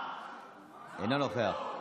אינו נוכח,